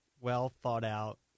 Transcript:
well-thought-out